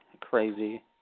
crazy